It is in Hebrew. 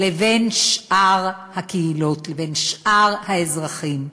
לבין שאר הקהילות, לבין שאר האזרחים.